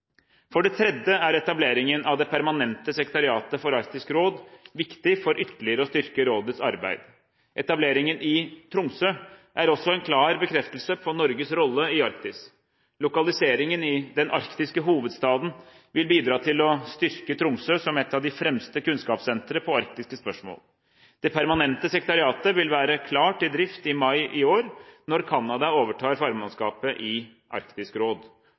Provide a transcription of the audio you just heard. For det tredje er etableringen av det permanente sekretariatet for Arktisk råd viktig for ytterligere å styrke rådets arbeid. Etableringen i Tromsø er også en klar bekreftelse på Norges rolle i Arktis. Lokaliseringen i den arktiske hovedstaden vil bidra til å styrke Tromsø som et av de fremste kunnskapssentrene på arktiske spørsmål. Det permanente sekretariatet vil være klart til drift i mai i år, når Canada overtar formannskapet i Arktisk råd.